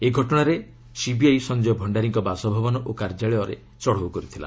ଏହି ଘଟଣାରେ ସିବିଆଇ ସଞ୍ଜୟ ଭଣ୍ଡାରୀଙ୍କ ବାସଭବନ ଓ କାର୍ଯ୍ୟାଳୟରେ ଚଢ଼ଉ କରିଥିଲା